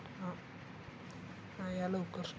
हां हां या लवकर